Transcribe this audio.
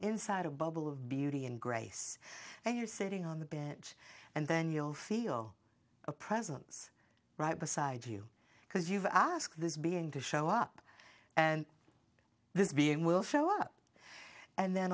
inside a bubble of beauty and grace and you're sitting on the bench and then you'll feel a presence right beside you because you've asked this being to show up and this being will show up and then